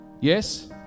Yes